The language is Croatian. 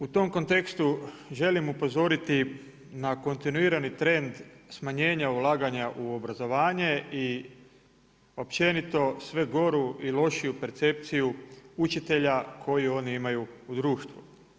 U tom kontekstu želim upozoriti na kontinuirani trend smanjenja ulaganja u obrazovanje i općenito sve goru i lošiju percepciju učitelja koji oni imaju u društvu.